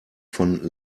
von